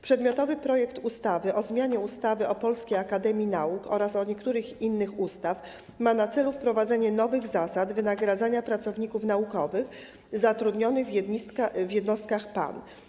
Przedmiotowy projekt ustawy o zmianie ustawy o Polskiej Akademii Nauk oraz niektórych innych ustaw ma na celu wprowadzenie nowych zasad wynagradzania pracowników naukowych zatrudnionych w jednostkach PAN.